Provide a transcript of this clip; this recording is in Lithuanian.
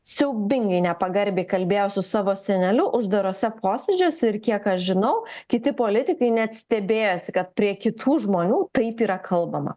siaubingai nepagarbiai kalbėjo su savo seneliu uždaruose posėdžiuose ir kiek aš žinau kiti politikai net stebėjosi kad prie kitų žmonių taip yra kalbama